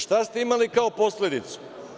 Šta ste imali kao posledicu?